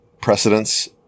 precedents